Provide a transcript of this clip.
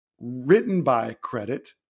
written-by-credit